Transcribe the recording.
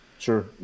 Sure